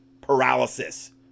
paralysis